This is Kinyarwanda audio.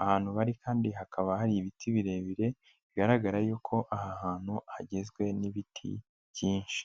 ahantu bari kandi hakaba hari ibiti birebire bigaragara yuko aha hantu hagizwe n'ibiti byinshi.